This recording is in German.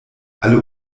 alle